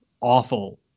awful